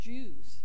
Jews